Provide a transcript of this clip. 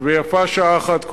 ויפה שעה אחת קודם.